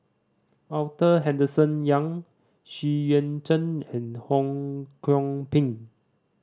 Arthur Henderson Young Xu Yuan Zhen and Ho Kwon Ping